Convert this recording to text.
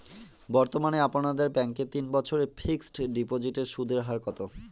বর্তমানে আপনাদের ব্যাঙ্কে তিন বছরের ফিক্সট ডিপোজিটের সুদের হার কত?